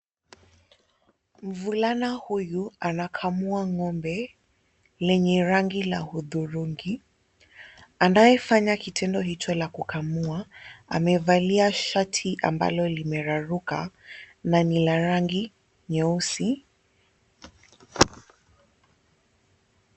Mvulana huyu anakamua ng'ombe lenye rangi la hudhurungi. Anayefanya kitendo hicho la kukamua, amevalia shati ambalo limeraruka na ni la rangi nyeusi.